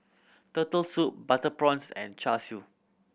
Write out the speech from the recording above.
Turtle Soup butter prawns and Char Siu